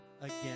again